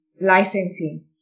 licensing